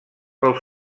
pels